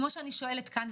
כמו שאני שואלת כאן.